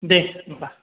दे होम्बा